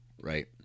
Right